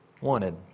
wanted